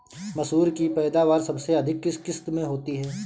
मसूर की पैदावार सबसे अधिक किस किश्त में होती है?